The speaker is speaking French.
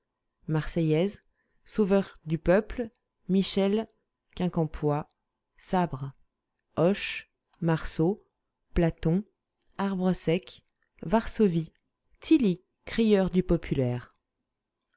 marseillaise souver du peuple michel quincampoix sabre hoche marceau platon arbre sec varsovie tilly crieur du populaire